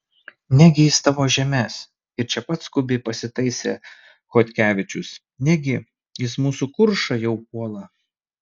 negi jis tavo žemes ir čia pat skubiai pasitaisė chodkevičius negi jis mūsų kuršą jau puola